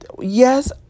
Yes